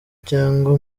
cyangwa